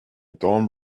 dorm